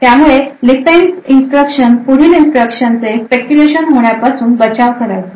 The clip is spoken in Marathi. त्यामुळे LFENCE इन्स्ट्रक्शन पुढील इन्स्ट्रक्शन चे स्पेक्युलेशन होण्या पासून बचाव करायचे